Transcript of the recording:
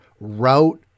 route